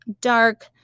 dark